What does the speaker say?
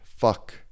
fuck